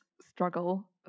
struggle